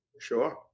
Sure